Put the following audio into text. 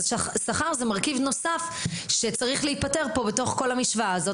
שכר הוא מרכיב נוסף שצריך להיפתר כאן בתוך כל המשוואה הזאת